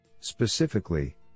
Specifically